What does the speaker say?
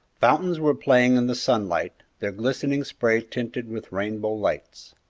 fountains were playing in the sunlight, their glistening spray tinted with rainbow lights.